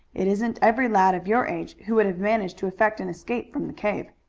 it isn't every lad of your age who would have managed to effect an escape from the cave.